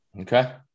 Okay